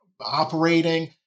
operating